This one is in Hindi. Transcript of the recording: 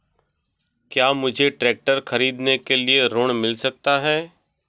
क्या मुझे ट्रैक्टर खरीदने के लिए ऋण मिल सकता है?